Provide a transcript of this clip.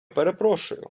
перепрошую